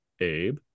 Abe